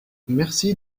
merci